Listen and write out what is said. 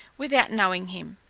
without knowing him.